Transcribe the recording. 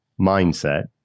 mindset